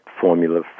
formula